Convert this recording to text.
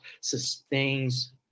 sustains